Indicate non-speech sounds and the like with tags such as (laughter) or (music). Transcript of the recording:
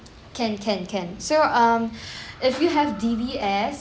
can can can so um (breath) if you have D_B_S